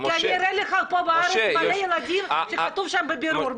כי אני אראה לך פה בארץ הרבה ילדים שכתוב שם 'בבירור'.